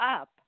up